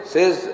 Says